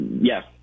Yes